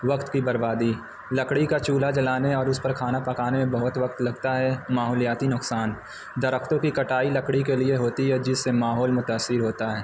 وقت کی بربادی لکڑی کا چولہا جلانے اور اس پر کھانا پکانے میں بہت وقت لگتا ہے ماحولیاتی نقصان درختوں کی کٹائی لکڑی کے لیے ہوتی ہے جس سے ماحول متاثر ہوتا ہے